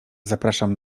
zapraszam